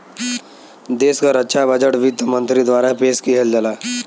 देश क रक्षा बजट वित्त मंत्री द्वारा पेश किहल जाला